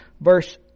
Verse